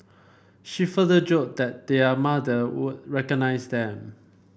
she further joked that their mother would recognise them